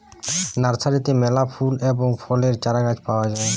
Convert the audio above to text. নার্সারিতে মেলা ফুল এবং ফলের চারাগাছ পাওয়া যায়